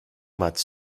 much